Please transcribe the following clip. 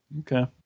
Okay